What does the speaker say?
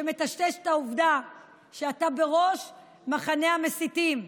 שמטשטשת את העובדה שאתה בראש מחנה המסיתים.